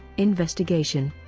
investigation